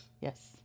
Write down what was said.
Yes